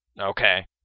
Okay